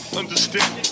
understand